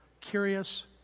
curious